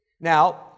Now